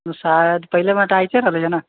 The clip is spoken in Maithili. ई शायद पहिले